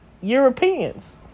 Europeans